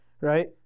right